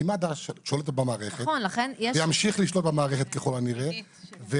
כי מד"א שולטת במערכת ותמשיך לשלוט במערכת ככל הנראה,